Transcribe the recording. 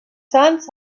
sants